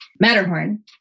Matterhorn